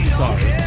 sorry